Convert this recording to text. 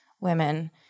women